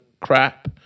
crap